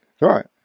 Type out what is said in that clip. Right